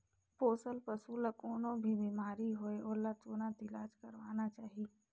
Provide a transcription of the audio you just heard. पोसल पसु ल कोनों भी बेमारी होये ओला तुरत इलाज करवाना चाही